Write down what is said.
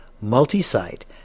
multi-site